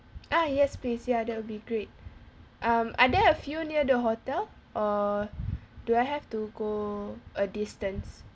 ah yes please ya that'll be great um are there a few near the hotel or do I have to go a distance